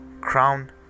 crown